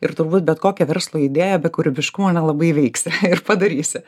ir turbūt bet kokią verslo idėją be kūrybiškumo nelabai įveiksi ir padarysi